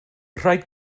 rhaid